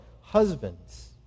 Husbands